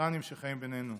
לווטרנים שחיים בינינו.